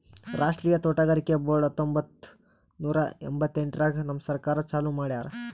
ರಾಷ್ಟ್ರೀಯ ತೋಟಗಾರಿಕೆ ಬೋರ್ಡ್ ಹತ್ತೊಂಬತ್ತು ನೂರಾ ಎಂಭತ್ತೆಂಟರಾಗ್ ನಮ್ ಸರ್ಕಾರ ಚಾಲೂ ಮಾಡ್ಯಾರ್